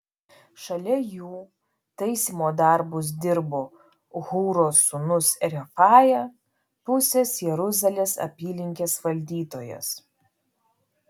šalia jų taisymo darbus dirbo hūro sūnus refaja pusės jeruzalės apylinkės valdytojas